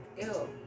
Ew